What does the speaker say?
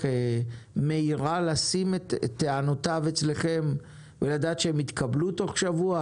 מהירה לשים את טענותיו אצלכם ולדעת שהם יתקבלו תוך שבוע?